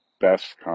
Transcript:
best